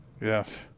Yes